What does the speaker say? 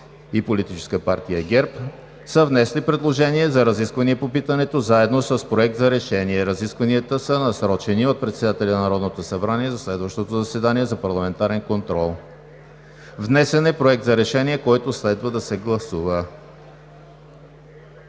и Политическа партия ГЕРБ са внесли предложение за разисквания по питането заедно с Проект за решение. Разискванията са насрочени от председателя на Народното събрание за следващото заседание за парламентарен контрол. Внесен е Проект за решение, който следва да се гласува.